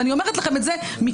ואני אומרת לכם את זה מכאן,